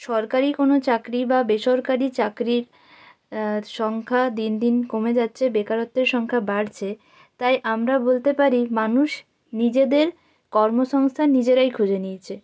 সরকারি কোনো চাকরি বা বেসরকারি চাকরির সংখ্যা দিন দিন কমে যাচ্ছে বেকারত্বের সংখ্যা বাড়ছে তাই আমরা বলতে পারি মানুষ নিজেদের কর্মসংস্থান নিজেরাই খুঁজে নিয়েছে